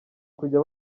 kujya